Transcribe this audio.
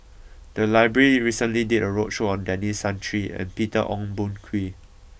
the library recently did a roadshow on Denis Santry and Peter Ong Boon Kwee